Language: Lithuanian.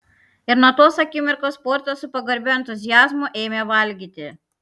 ir nuo tos akimirkos portas su pagarbiu entuziazmu ėmė valgyti